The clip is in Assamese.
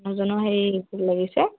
এজনৰ হেৰি ভোক লাগিছে